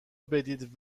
بدید